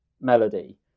melody